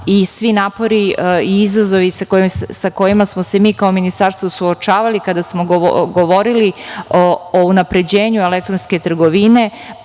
i svi napori i izazovi sa kojima smo se mi kao ministarstvo suočavali kada smo govorili o unapređenju elektronske trgovine